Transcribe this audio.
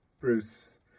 Bruce